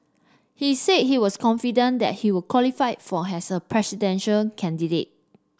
he said he was confident that he would qualify for has a presidential candidate